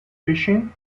fishing